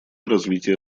развития